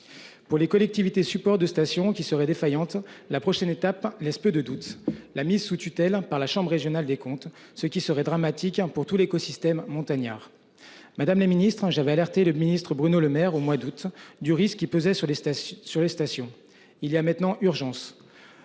Pour les collectivités support de stations qui serait défaillante. La prochaine étape laisse peu de doute, la mise sous tutelle par la chambre régionale des comptes, ce qui serait dramatique pour tout l'écosystème montagnard, madame la Ministre j'avais alerté le ministre Bruno Lemaire au mois d'août du risque qui pesait sur les stations sur les stations il y a maintenant urgence.